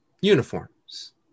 uniforms